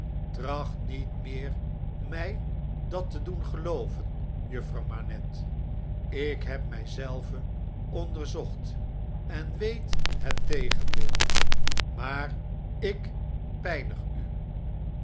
tracht niet meer mjj dat te doen gelooven juffrouw manette ik heb mij zelven onderzocht en weet het tegendeel maar ik pjjnig u